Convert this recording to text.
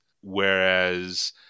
whereas